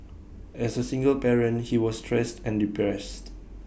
as A single parent he was stressed and depressed